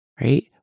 right